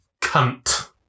cunt